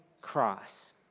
cross